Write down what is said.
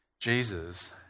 Jesus